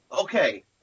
Okay